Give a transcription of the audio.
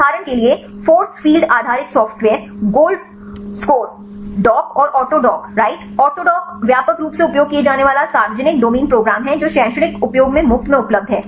उदाहरण के लिए फोर्स फील्ड आधारित सॉफ्टवेयर गोल्डकोर DOCK और ऑटोकॉक राइट ऑटोडॉक व्यापक रूप से उपयोग किया जाने वाला सार्वजनिक डोमेन प्रोग्राम है जो शैक्षणिक उपयोग में मुफ्त में उपलब्ध है